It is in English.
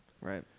Right